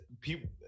people